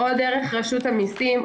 או דרך רשות המסים,